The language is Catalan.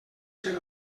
ser